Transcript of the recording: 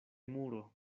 muro